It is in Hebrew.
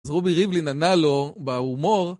אז רובי ריבלין ענה לו בהומור